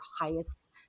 highest